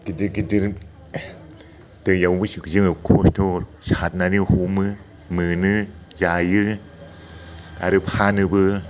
गिदिर गिदिर दैयाव जों बेसे खस्थ' सारनानै हमो मोनो जायो आरो फानोबो